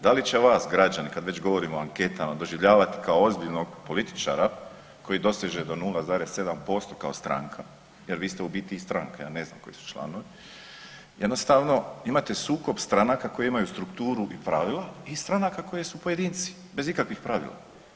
Da li će vas građani, kad već govorimo o anketama, doživljavati kao ozbiljnog političara, koji doseže do 0,7% kao stranka, jer vi ste u biti i stranka, ja ne znam koji su članovi, jednostavno imate sukob stranaka koji imaju strukturu i pravila i stranaka koje su pojedinci, bez ikakvih pravila.